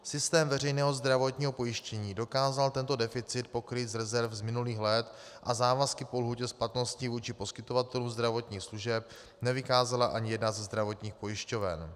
Systém veřejného zdravotního pojištění dokázal tento deficit pokrýt z rezerv z minulých let a závazky po lhůtě splatnosti vůči poskytovatelům zdravotních služeb nevykázala ani jedna ze zdravotních pojišťoven.